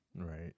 Right